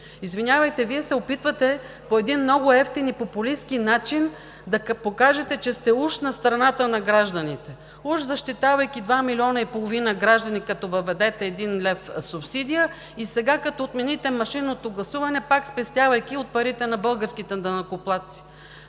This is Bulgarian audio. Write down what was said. Извинявайте, Вие се опитвате по един много евтин и популистки начин да покажете, че уж сте на страната на гражданите, защитавайки уж 2,5 милиона граждани като въведете един лев субсидия и сега, като отмените машинното гласуване, пак спестявайки от парите на българските данъкоплатци.